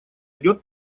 идет